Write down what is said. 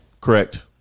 Correct